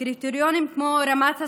קריטריונים כמו רמת השכר,